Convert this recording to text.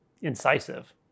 incisive